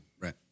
Right